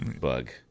bug